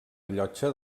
rellotge